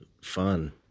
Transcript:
fun